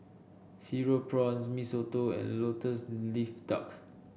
Cereal Prawns Mee Soto and lotus leaf duck